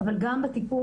אבל גם בטיפול,